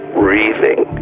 breathing